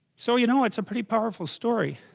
so you know it's a pretty powerful story